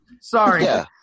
Sorry